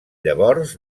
llavors